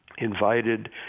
invited